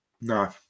No